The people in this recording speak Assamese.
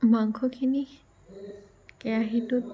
মাংসখিনি কেৰাহীটোত